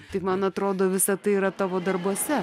tik man atrodo visa tai yra tavo darbuose